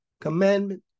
commandment